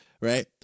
right